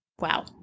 Wow